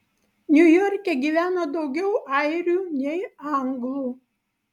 niujorke gyveno daugiau airių nei anglų